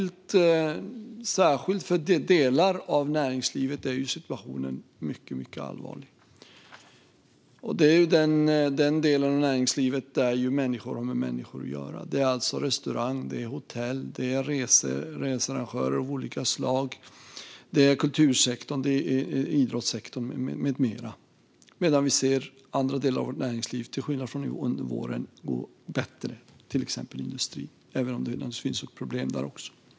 För särskilt vissa delar av näringslivet är situationen mycket allvarlig. Det handlar om den del av näringslivet där man har med människor att göra, det vill säga restauranger, hotell, researrangörer av olika slag, kultursektorn, idrottssektorn med mera. I andra delar av näringslivet ser vi att det till skillnad från i våras går bättre, till exempel inom industrin, även om det naturligtvis finns problem också där.